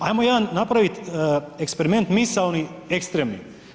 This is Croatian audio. Hajmo jedan napraviti eksperiment misaoni ekstremni.